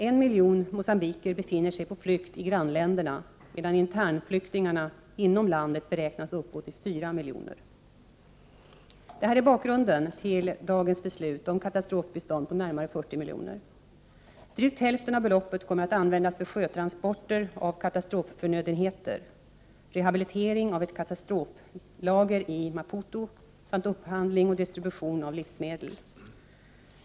En miljon mogambikier befinner sig på flykt i grannländerna medan internflyktingarna inom landet beräknas uppgå till fyra miljoner. Detta är bakgrunden till dagens beslut om katastrofbistånd på närmare 40 milj.kr. Drygt hälften av beloppet kommer att användas för sjötransporter av katastrofförnödenheter, rehabilitering av ett katastroflager i Maputo samt upphandling och distribution av livsmedel.